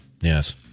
Yes